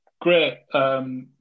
great